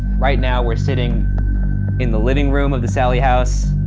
right now we're sitting in the living room of the sallie house,